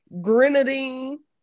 grenadine